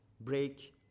break